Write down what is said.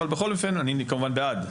אני כמובן בעד.